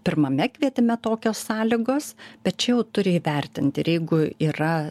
pirmame kvietime tokios sąlygos tačiau turi įvertinti ir jeigu yra